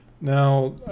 Now